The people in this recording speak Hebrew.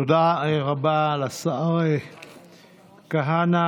תודה רבה לשר כהנא.